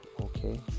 okay